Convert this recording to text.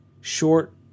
short